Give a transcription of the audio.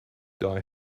die